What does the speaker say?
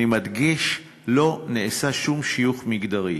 אני מדגיש: לא נעשה שום שיוך מגדרי,